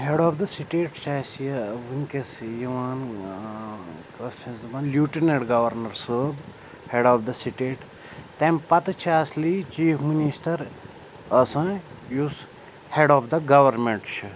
head of the state چھِ اَسہِ یہِ وٕنۍکٮ۪س یِوان لیوٗٹِنٹ گورنَر صٲب ہٮ۪ڈ آف دَ سٹیٹ تَمہِ پَتہٕ چھِ اَصلی چیٖف مِنِسٹَر آسان یُس ہٮ۪ڈ آف دَ گورمیٚنٹ چھِ